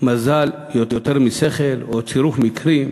"מזל יותר משכל", או צירוף מקרים,